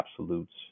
absolutes